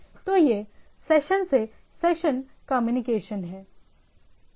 तो यह सेशन से सेशन कम्युनिकेशन है